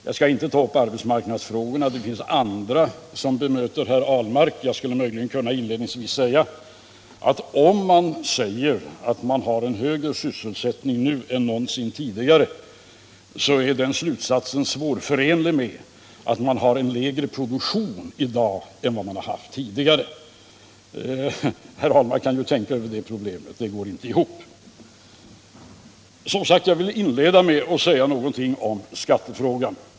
Arbetsmarknadsfrågorna skall jag inte ta upp; det finns andra som bemöter herr Ahlmark. Möjligen skulle jag inledningsvis kunna framhålla att om man säger att man har högre sysselsättning nu än någonsin tidigare, så är den slutsatsen svårförenlig med att man har lägre produktion i dag än vad man har haft tidigare. Herr Ahlmark kan ju tänka över det problemet — det går inte ihop. Jag vill som sagt inleda med att säga någonting om skattefrågan.